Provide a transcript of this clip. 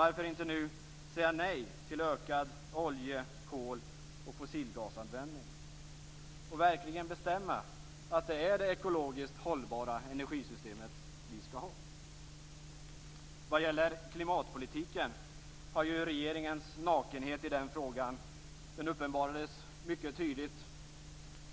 Varför inte nu säga nej till ökad olje-, kol och fossilgasanvändning och verkligen bestämma att det är det ekologiskt hållbara energisystemet vi skall ha? Vad gäller klimatpolitiken uppenbarades ju regeringens nakenhet mycket tydligt